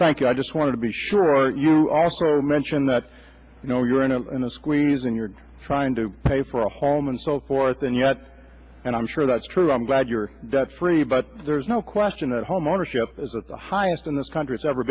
thank you i just want to be sure you also mention that you know you're in a in a squeeze and you're trying to pay for a home and so forth and yet and i'm sure that's true i'm glad you're debt free but there's no question that homeownership is at the highest in this country it's ever